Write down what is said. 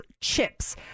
Chips